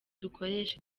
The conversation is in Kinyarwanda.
dukoresha